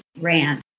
ran